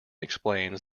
explains